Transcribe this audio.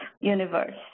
universe